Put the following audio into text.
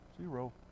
zero